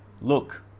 Look